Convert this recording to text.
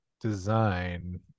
design